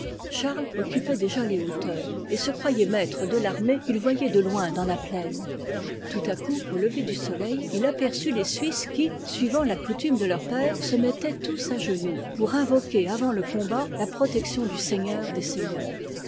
charles occupait déjà les hauteurs et se croyait maître de l'armée qu'il voyait de loin dans la plaine tout à coup au lever du soleil il aperçut les suisses qui suivant la coutume de leurs pères se mettaient tous à genoux pour invoquer avant le combat la protection du seigneur des seigneurs